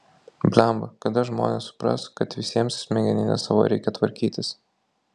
blemba kada žmonės supras kad visiems smegenines savo reikia tvarkytis